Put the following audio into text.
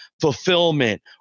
fulfillment